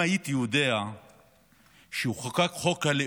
אם הייתי יודע שחוק הלאום